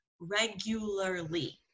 regularly